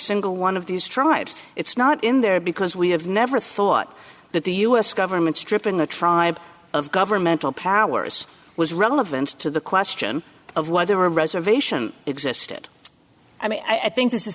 single one of these tribes it's not in there because we have never thought that the u s government stripping the tribe of governmental powers was relevant to the question of whether or reservation existed i think this is